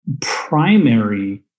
primary